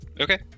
Okay